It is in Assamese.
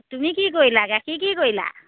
তুমি কি কৰিলা গাখীৰ কি কৰিলা